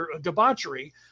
debauchery